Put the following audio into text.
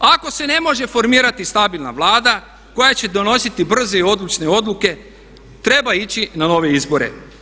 Ako se ne može formirati stabilna Vlada koja će donositi brze i odlučne odluke, treba ići na nove izbore.